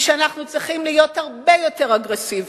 היא שאנחנו צריכים להיות הרבה יותר אגרסיביים,